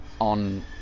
on